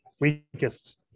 weakest